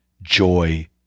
Joy